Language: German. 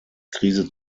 krise